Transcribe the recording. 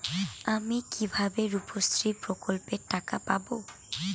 আমি কিভাবে রুপশ্রী প্রকল্পের টাকা পাবো?